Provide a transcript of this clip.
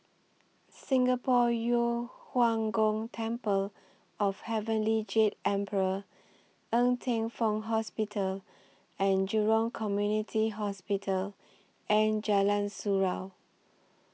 Singapore Yu Huang Gong Temple of Heavenly Jade Emperor Ng Teng Fong Hospital and Jurong Community Hospital and Jalan Surau